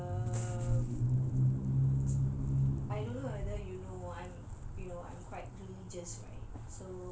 um I don't know whether you know I'm you know I'm quite religious right